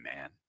man